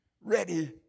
ready